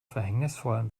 verhängnisvollen